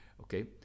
Okay